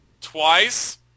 Twice